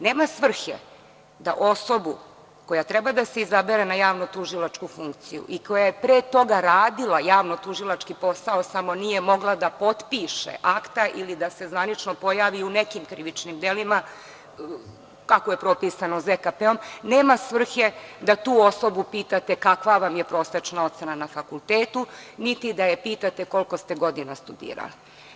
Nema svrhe da osobu koja treba da se izabere na javnotužilačku funkciju i koja je pre toga radila javnotužilački posao samo nije mogla da potpiše akta ili da se zvanično pojavi u nekim krivičnim delima, kako je propisano ZKP-om, nema svrhe da tu osobu pitate kakva vam je prosečna ocena na fakultetu, niti da je pitate koliko ste godina studirali.